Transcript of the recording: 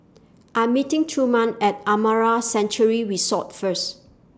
I'm meeting Truman At Amara Sanctuary Resort First